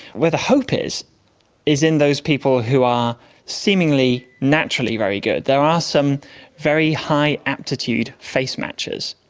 where the hope is is in those people who are seemingly naturally very good. there are some very high aptitude face matchers,